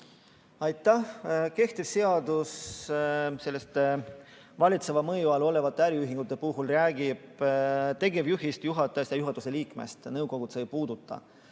Aitäh! Kehtiv seadus valitseva mõju all olevate äriühingute puhul räägib tegevjuhist, juhatajast ja juhatuse liikmest. Nõukogu see ei puuduta.